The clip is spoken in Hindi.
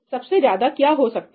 सबसे ज्यादा क्या हो सकता है